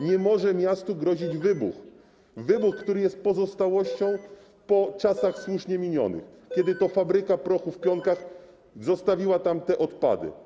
Nie może miastu grozić wybuch, który jest pozostałością po czasach słusznie minionych, kiedy to fabryka prochu w Pionkach zostawiła tam odpady.